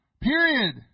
Period